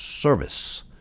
service